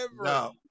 No